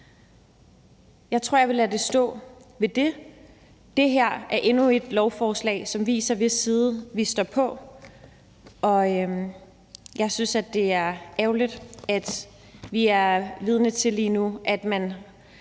Jeg tror, jeg vil lade det være ved det. Det her er endnu et lovforslag, som viser, hvis side vi står på. Jeg synes, det er ærgerligt, at vi lige nu er vidne til, at man